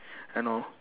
and know